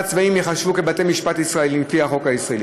צבאיים ייחשבו כבתי-משפט ישראליים לפי החוק הישראלי,